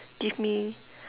give me